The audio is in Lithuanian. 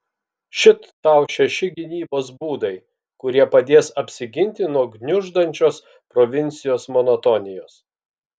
šit tau šeši gynybos būdai kurie padės apsiginti nuo gniuždančios provincijos monotonijos